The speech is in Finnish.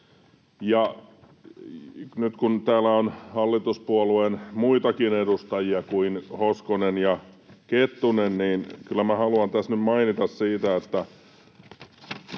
Nyt kun täällä on hallituspuolueiden muitakin edustajia kuin Hoskonen ja Kettunen, niin kyllä haluan tässä nyt mainita: Olikohan